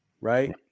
Right